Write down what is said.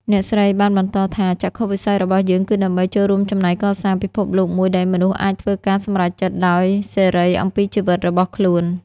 អ្នកស្រីបានបន្តថា “ចក្ខុវិស័យរបស់យើងគឺដើម្បីចូលរួមចំណែកកសាងពិភពលោកមួយដែលមនុស្សអាចធ្វើការសម្រេចចិត្តដោយសេរីអំពីជីវិតរបស់ខ្លួន។